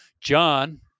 John